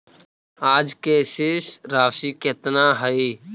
आज के शेष राशि केतना हई?